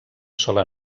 sola